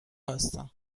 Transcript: هستن